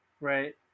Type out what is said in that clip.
Right